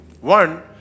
One